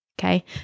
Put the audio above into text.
Okay